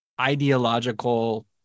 ideological